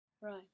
Right